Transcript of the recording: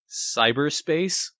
cyberspace